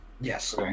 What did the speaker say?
Yes